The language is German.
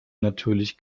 natürlich